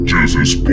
Jesus